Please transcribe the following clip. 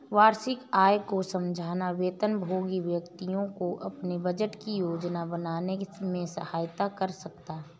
वार्षिक आय को समझना वेतनभोगी व्यक्तियों को अपने बजट की योजना बनाने में सहायता कर सकता है